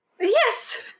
yes